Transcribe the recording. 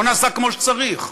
לא נעשה כמו שצריך.